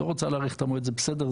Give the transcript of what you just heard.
לא רוצה להאריך את המועד זה בסדר,